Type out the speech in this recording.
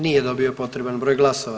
Nije dobio potreban broj glasova.